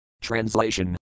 Translation